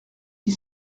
qui